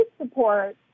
support